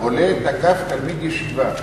"עולה תקף תלמיד ישיבה".